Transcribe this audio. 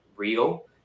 Real